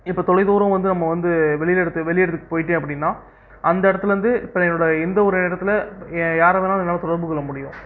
இப்ப தொலைதூரம் வந்து நம்ம வந்து வெளியில எடத்துக்கு வெளி எடத்துக்குப் போயிட்டேன் அப்படின்னா அந்த எடத்துலேருந்து இப்ப என்னோட எந்த ஒரு எடத்துல யார வேணாலும் என்னால தொடர்பு கொள்ள முடியும்